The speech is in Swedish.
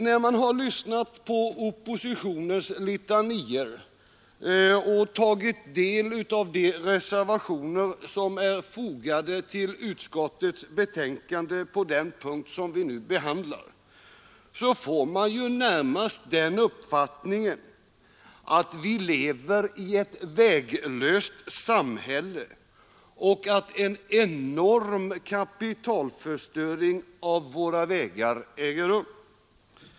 När man har lyssnat på oppositionens litanior och tagit del av de reservationer som är fogade vid utskottets betänkande på den punkt vi nu behandlar får man närmast den uppfattningen, att vi lever i ett väglöst samhälle och att en enorm kapitalförstöring av våra vägar äger rum.